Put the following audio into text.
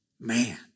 Man